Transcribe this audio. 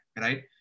right